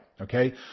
Okay